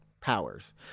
powers